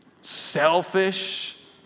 selfish